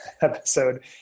episode